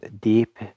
deep